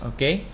Okay